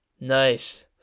Nice